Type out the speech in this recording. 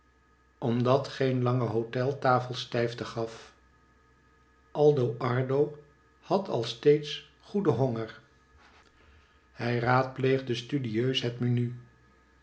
geen lange hotel tafel stijfte gaf aldo ardo had als steeds goeden honger hij raadpleegde studieus hct menu